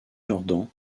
jordan